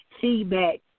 feedback